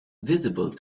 visible